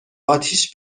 آتیش